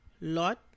Lot